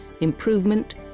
improvement